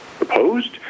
Opposed